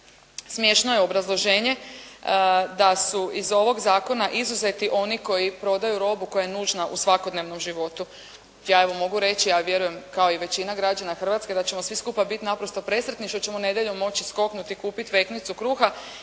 Smiješno je obrazloženje da su iz ovog zakona izuzeti oni koji prodaju robu koja je nužna u svakodnevnom životu. Ja evo mogu reći, a vjerujem kao i većina građana Hrvatske, da ćemo svi skupa biti naprosto presretni što ćemo nedjeljom moći skoknuti, kupiti …/Govornica